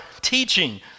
teaching